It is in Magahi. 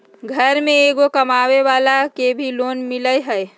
घर में एगो कमानेवाला के भी लोन मिलहई?